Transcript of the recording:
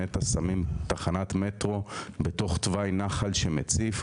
שנת"ע שמים תחנת מטרו בתוך תוואי נחל שמציף,